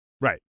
right